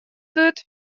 wurdt